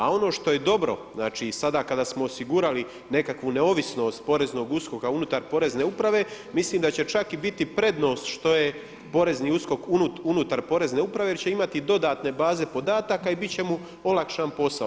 A ono što je dobro, znači sada kada smo osigurali nekakvu neovisnost poreznog USKOK-a unutar porezne uprave, mislim da će čak i biti prednost što je porezni USKOK unutar porezne uprave jer će imati dodatne baze podataka i bit će mu olakšan posao.